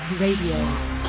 Radio